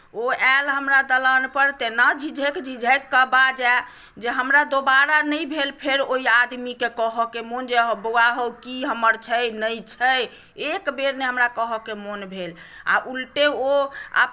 ओ आयल हमरा दलानपर तऽ तेना झिझकि झिझकि कऽ बाजय जे हमरा दोबारा नहि भेल फेर ओहि आदमीकेँ कहयके मोन जे बौआ हौ की हमर छै नहि छै एक बेर नहि हमरा कहयके मोन भेल आ उल्टे ओ